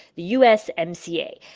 the usmca.